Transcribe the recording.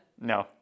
No